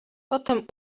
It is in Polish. potem